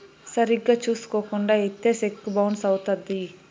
సరిగ్గా చూసుకోకుండా ఇత్తే సెక్కు బౌన్స్ అవుత్తది